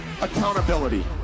accountability